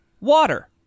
Water